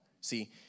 See